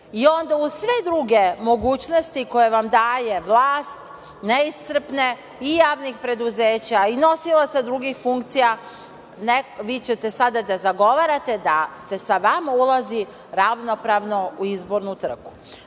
I onda uz sve druge mogućnosti koje vam daje vlast, neiscrpne, i javnih preduzeća i nosilaca drugih funkcija, vi ćete sada da zagovarate da se sa vama ulazi ravnopravno u izbornu